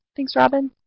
thanks robyn!